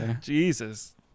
jesus